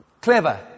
clever